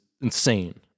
insane